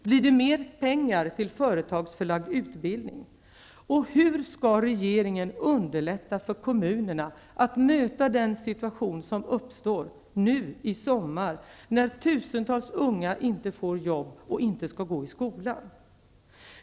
Blir det mera pengar till företagsförlagd utbildning? Och hur skall regeringen underlätta för kommunerna att möta den situation som uppstår i sommar, när tusentals unga inte får jobb och inte skall gå i skolan?